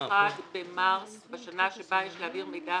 1 במרס בשנה שבה יש להעביר מידע